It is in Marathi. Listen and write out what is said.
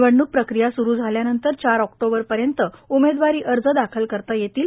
निवडणूक प्रक्रिया सुरू झाल्यानंतर चार ऑक्टोबरपर्यंत उमेदवारी अर्ज दाखल करता येतील